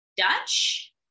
Dutch